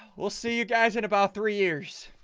will see you guys in about three years